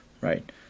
right